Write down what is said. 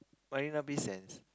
marina-bay-sands